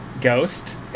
Ghost